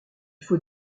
faut